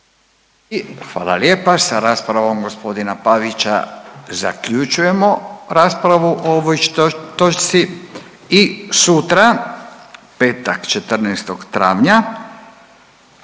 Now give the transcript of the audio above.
Hvala lijepa. Sa raspravom gospodina Pavića zaključujemo raspravu o ovoj točci i sutra, petak 14. travnja